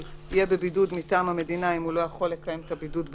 יהיה בבידוד מטעם המדינה אם הוא לא יכול לקיים את הבידוד בביתו.